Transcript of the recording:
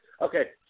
Okay